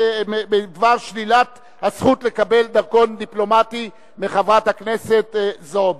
שלילת הזכות לקבל דרכון דיפלומטי מחברת הכנסת זועבי.